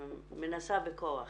מנסה בכוח